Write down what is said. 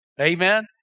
amen